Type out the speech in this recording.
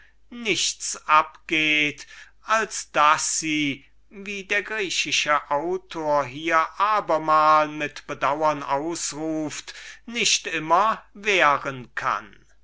nichts abgeht als daß sie wie der griechische autor hier abermal mit bedauern ausruft nicht immer währen kann